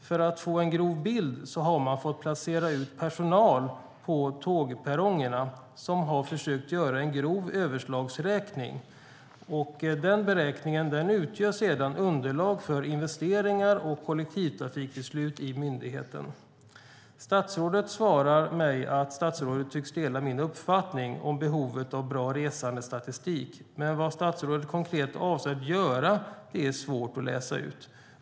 För att ändå få en grov bild har man fått placera ut personal på tågperrongerna, och de har försökt göra en grov överslagsräkning. Den beräkningen utgör sedan underlag för investeringar och kollektivtrafikbeslut i myndigheten. Statsrådet svarar mig att statsrådet tycks dela min uppfattning om behovet av bra resandestatistik. Men vad statsrådet konkret avser att göra är svårt att läsa ut.